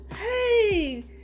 hey